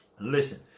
Listen